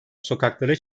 sokaklara